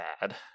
bad